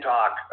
Talk